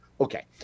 Okay